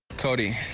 cody,